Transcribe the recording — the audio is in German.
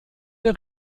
der